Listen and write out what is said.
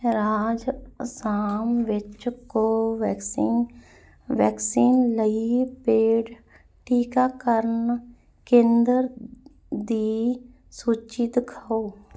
ਰਾਜ ਅਸਾਮ ਵਿੱਚ ਕੋਵੈਕਸਿਨ ਵੈਕਸੀਨ ਲਈ ਪੇਡ ਟੀਕਾਕਰਨ ਕੇਂਦਰ ਦੀ ਸੂਚੀ ਦਿਖਾਓ